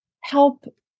help